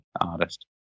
artist